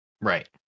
Right